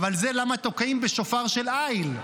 זאת הסיבה שתוקעים בשופר של איל,